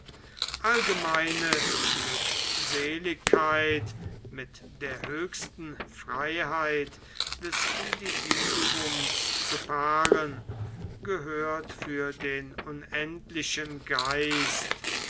allgemeine glückseligkeit mit der höchsten freiheit des individuums zu paaren gehört für den unendlichen geist